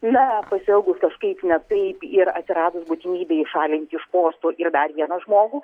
na pasielgus kažkaip ne taip ir atsiradus būtinybei šalinti iš postų ir dar vieną žmogų